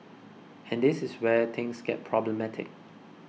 and this is where things get problematic